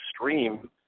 extreme